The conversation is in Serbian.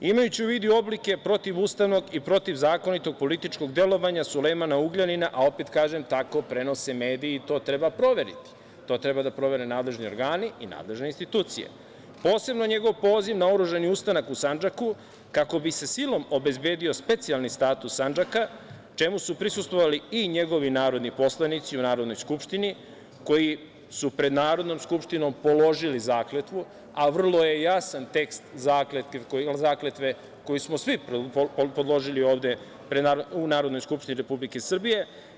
Imajući u vidu i oblike protivustavnog i protivzakonitog političkog delovanja Sulejmana Ugljanina, a opet kažem, tako prenose mediji i to treba proveriti, to treba da provere nadležni organi i nadležne institucije, posebno njegov poziv na oružani ustanak u Sandžaku, kako bi se silom obezbedio specijalni status Sandžaka, čemu su prisustvovali i njegovi narodni poslanici u Narodnoj skupštini, koji su pred Narodnom skupštinom položili zakletvu, a vrlo je jasan tekst zakletve koju smo svi položili ovde u Narodnoj skupštini Republike Srbije.